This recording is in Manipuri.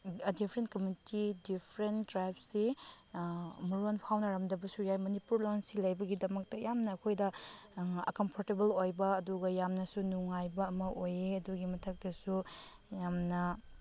ꯗꯤꯐ꯭ꯔꯦꯟ ꯀꯃ꯭ꯌꯨꯅꯤꯇꯤ ꯗꯤꯐ꯭ꯔꯦꯟ ꯇ꯭ꯔꯥꯏꯞꯁꯤ ꯃꯔꯣꯟ ꯐꯥꯎꯅꯔꯝꯗꯕꯁꯨ ꯌꯥꯏ ꯃꯅꯤꯄꯨꯔꯤ ꯂꯣꯟꯁꯤ ꯂꯩꯕꯒꯤꯗꯃꯛꯇ ꯌꯥꯝꯅ ꯑꯩꯈꯣꯏꯗ ꯀꯝꯐꯣꯔꯇꯦꯕꯜ ꯑꯣꯏꯕ ꯑꯗꯨꯒ ꯌꯥꯝꯅꯁꯨ ꯅꯨꯡꯉꯥꯏꯕ ꯑꯃ ꯑꯣꯏꯌꯦ ꯑꯗꯨꯒꯤ ꯃꯊꯛꯇꯁꯨ ꯌꯥꯝꯅ